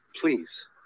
Please